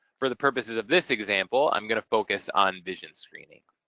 for the purposes of this example, i'm going to focus on vision screening.